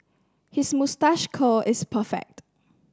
his moustache curl is perfect